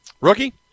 rookie